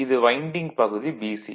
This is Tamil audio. இது வைண்டிங் பகுதி BC